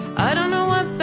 i don't what that